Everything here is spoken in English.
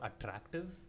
attractive